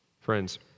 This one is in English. Friends